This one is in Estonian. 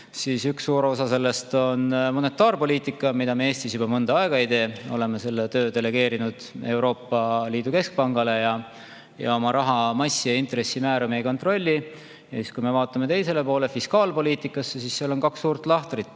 üks suur osa sellest on monetaarpoliitika, mida me Eestis juba mõnda aega ei tee. Me oleme selle töö delegeerinud Euroopa Liidu keskpangale, oma raha massi ja intressimäära me ei kontrolli. Kui me vaatame teisele poole ehk fiskaalpoliitikasse, siis seal on kaks suurt lahtrit: